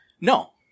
No